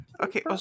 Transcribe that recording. Okay